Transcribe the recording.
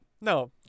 no